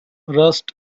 rust